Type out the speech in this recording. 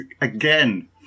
again